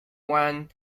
wan